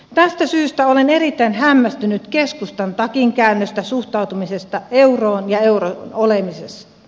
tästä syystä olen erittäin hämmästynyt keskustan takinkäännöstä suhtautumisessa euroon ja eurossa olemiseen